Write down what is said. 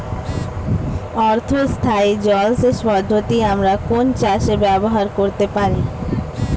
অর্ধ স্থায়ী জলসেচ পদ্ধতি আমরা কোন চাষে ব্যবহার করতে পারি?